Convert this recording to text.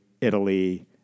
italy